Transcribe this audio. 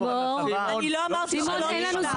לימור סון הר מלך (עוצמה יהודית): אני לא אמרתי שלא נשלח,